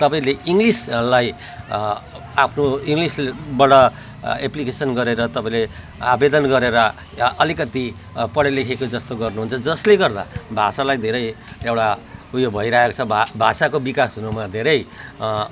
तपाईँले इङ्लिसलाई आफ्नो इङ्लिसबाट एप्लिकेसन गरेर तपाईँले आवेदन गरेर या अलिकति पढेलेखेको जस्तो गर्नुहुन्छ जसले गर्दा भाषालाई धेरै एउटा उयो भइरहेको छ भा भाषाको विकास हुनुमा धेरै